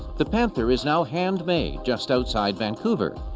the panther is now handmade just outside vancouver,